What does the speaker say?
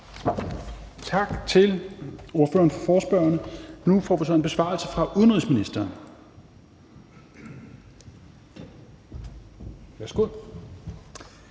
Tak til ordføreren for forespørgerne. Nu får vi så en besvarelse fra udenrigsministeren. Værsgo.